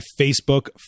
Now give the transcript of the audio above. Facebook